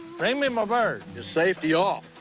bring me my bird! safety off.